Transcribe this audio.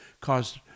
caused